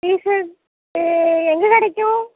T-shirt எங்கே கிடைக்கும்